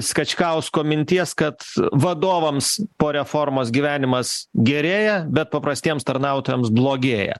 skačkausko minties kad vadovams po reformos gyvenimas gerėja bet paprastiems tarnautojams blogėja